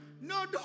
No